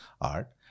art